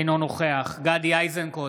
אינו נוכח גדי איזנקוט,